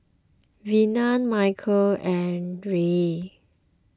Vina Michel and Ryne